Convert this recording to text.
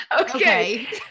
okay